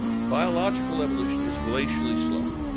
biological evolution is glacially slow.